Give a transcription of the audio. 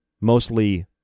mostly